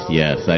yes